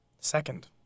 Second